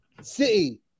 City